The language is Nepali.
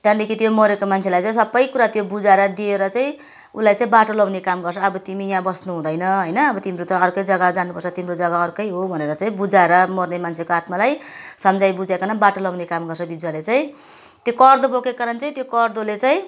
त्यहाँदेखि त्यो मरेको मान्छैलाई चाहिँ सबैकुरा बुझाएर दिएर चाहिँ उसलाई चाहिँ बाटो लाउने काम गर्छ अब तिमी यहाँ बस्नु हुँदैन हैन तिम्रो त अर्कै जग्गा जानुपर्छ तिम्रो जग्गा अर्कै हो भनेर चाहिँ बुझाएर मर्ने मान्छेको आत्मालाई सम्झाइ बुझाइकन बाटो लाउने काम गर्छ विजुवाले चाहिँ त्यो कर्द बोकेको कारण चाहिँ त्यो कर्दोले चाहिँ